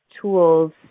tools